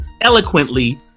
eloquently